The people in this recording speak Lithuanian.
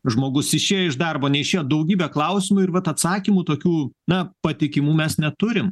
žmogus išėjo iš darbo neišėjo daugybė klausimų ir vat atsakymų tokių na patikimų mes neturim